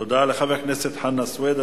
תודה לחבר הכנסת חנא סוייד.